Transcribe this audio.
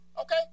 Okay